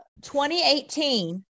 2018